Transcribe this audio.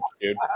dude